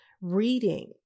reading